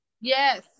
Yes